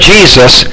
Jesus